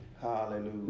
Hallelujah